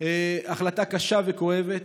היא החלטה קשה וכואבת.